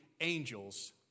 angels